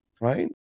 right